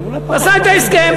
הוא עשה את ההסכם.